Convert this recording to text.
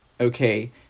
okay